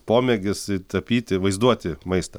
pomėgis tapyti vaizduoti maistą